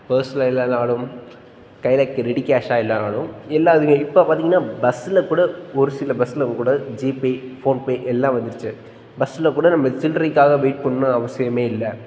பர்ஸ்சில் இல்லைனாலும் கையில் கி ரெடி கேஷ்ஷாக இல்லைனாலும் எல்லா இதுலேயும் இப்போ பார்த்தீங்கன்னா பஸ்ஸில் கூட ஒரு சில பஸ்சில் கூட ஜிபே ஃபோன்பே எல்லாம் வந்துருச்சு பஸ்ஸில் கூட நம்ம சில்லறைக்காக வெயிட் பண்ணணுன்னு அவசியமே இல்லை